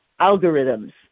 algorithms